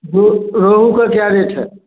रोह रोहू का क्या रेट है